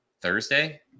Thursday